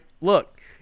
look